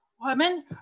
women